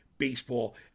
Baseball